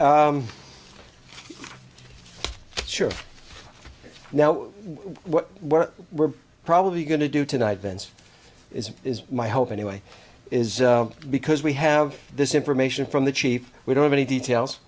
yes sure now what we're we're probably going to do tonight is is my hope anyway is because we have this information from the chief we don't have any details